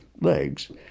legs